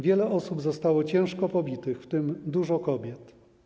Wiele osób zostało ciężko pobitych, w tym dużo kobiet.